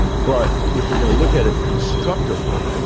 but if we're going to look at it constructively,